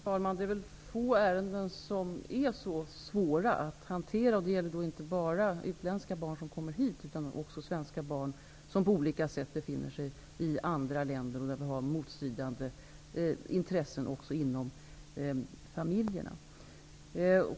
Herr talman! Det är väl få ärenden som är så svåra att hantera som dessa. Det gäller inte bara utländska barn som kommer hit, utan också svenska barn som av olika skäl befinner sig i andra länder och kring vilka det råder motstridande intressen inom familjen.